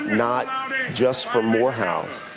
not just for morehouse,